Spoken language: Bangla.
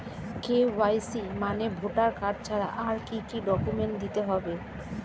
কে.ওয়াই.সি মানে ভোটার কার্ড ছাড়া আর কি কি ডকুমেন্ট দিতে হবে?